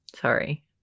Sorry